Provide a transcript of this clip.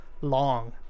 long